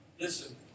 Listen